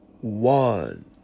one